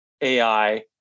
AI